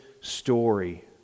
story